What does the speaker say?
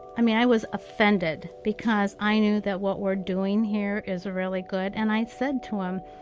i mean, i was offended because i knew that what we're doing here is really good and i said to him,